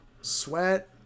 Sweat